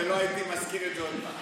לא הייתי מזכיר את זה עוד פעם.